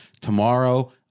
tomorrow